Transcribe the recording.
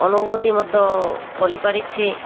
ଅନୁଭୂତି ମଧ୍ୟ କରିପାରିଛି